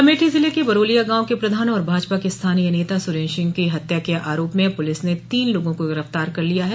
अमेठी जिले के बरोलिया गांव के प्रधान और भाजपा के स्थानीय नेता सुरेन्द्र सिंह की हत्या के आरोप में पुलिस ने तीन लोगों को गिरफ्तार कर लिया है